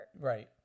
Right